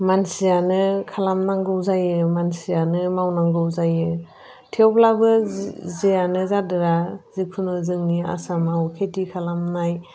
मानसियानो खालामनांगौ जायो मानसियानो मावनांगौ जायो थेवब्लाबो जियानो जादोआ जिखुनु जोंनि आसामाव खेथि खालामनाय